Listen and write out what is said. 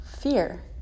fear